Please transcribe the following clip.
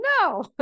no